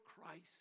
Christ